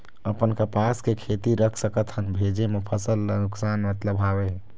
अपन कपास के खेती रख सकत हन भेजे मा फसल ला नुकसान मतलब हावे?